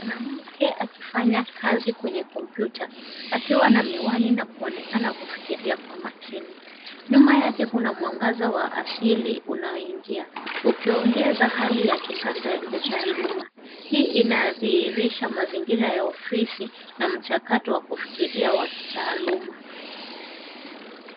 Mwanamke akifanya kazi kwenye kompyuta akiwa na miwani na kuonekana kufikiria kwa makini. Nyuma yake kuna mwangaza wa asili unaoingia ukiongeza hali ya kisasa ya kitaaluma. Hii inadhihirisha mazingira ya ofisi na mchakato wa kufikiria wa kitaaluma.